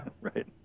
Right